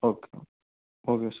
okay sir okay sir